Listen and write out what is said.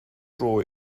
dro